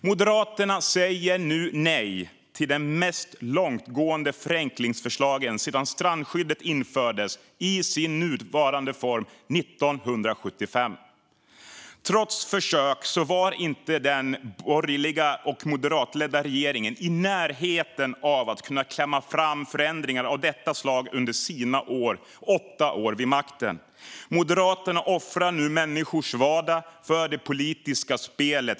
Moderaterna säger nu nej till de mest långtgående förenklingsförslagen sedan strandskyddet infördes i sin nuvarande form 1975. Trots försök var inte den borgerliga och moderatledda regeringen i närheten av att kunna klämma fram förändringar av detta slag under sina åtta år vid makten. Moderaterna offrar nu människors vardag för det politiska spelet.